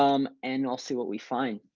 um and i'll see what we find.